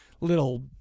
little